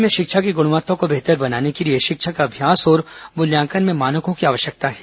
राज्य में शिक्षा की गुणवत्ता को बेहतर बनाने के लिए शिक्षक अभ्यास और मूल्यांकन में मानकों की आवश्यकता है